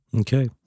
okay